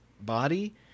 body